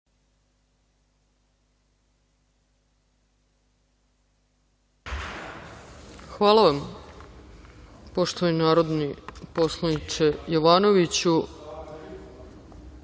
Hvala vam, poštovani narodni poslaniče Jovanoviću.